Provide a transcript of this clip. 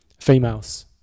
females